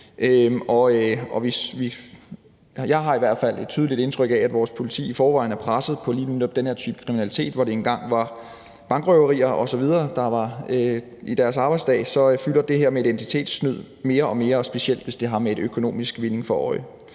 jeg har i hvert fald et tydeligt indtryk af, at vores politi i forvejen er presset på lige netop den her type kriminalitet. Hvor det engang var bankrøverier osv., der var en del af deres arbejdsdag, fylder det her med identitetssnyd mere og mere, og specielt hvis det sker med økonomisk vinding for øje.